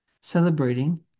celebrating